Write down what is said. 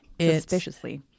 Suspiciously